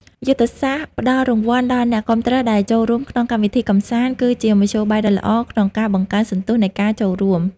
យុទ្ធសាស្ត្រផ្ដល់រង្វាន់ដល់អ្នកគាំទ្រដែលចូលរួមក្នុងកម្មវិធីកម្សាន្ត គឺជាមធ្យោបាយដ៏ល្អក្នុងការបង្កើនសន្ទុះនៃការចូលរួម។